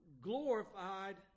glorified